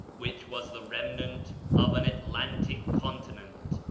which was the remnant of an atlantic continent,